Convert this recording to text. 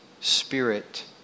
Spirit